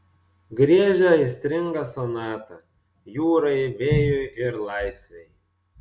griežia aistringą sonatą jūrai vėjui ir laisvei